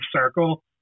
circle